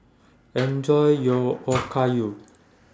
Enjoy your Okayu